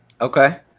Okay